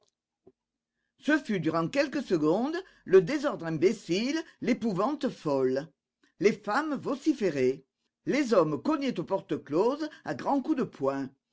ce fut durant quelques secondes le désordre imbécile l'épouvante folle les femmes vociféraient les hommes cognaient aux portes closes à grands coups de poing